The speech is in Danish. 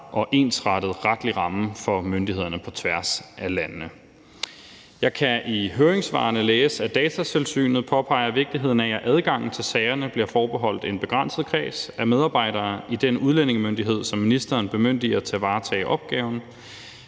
og ensrettet retlig ramme for myndighederne på tværs af landene. Jeg kan i høringssvarene læse, at Datatilsynet påpeger vigtigheden af, at adgangen til sagerne bliver forbeholdt en begrænset kreds af medarbejdere i den udlændingemyndighed, som ministeren bemyndiger til at varetage opgaven.